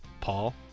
Paul